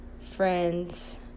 friends